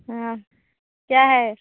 हाँ क्या है